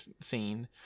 scene